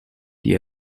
die